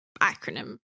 acronym